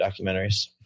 documentaries